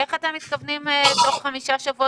איך אתם מתכוונים לעשות את זה תוך 5 שבועות?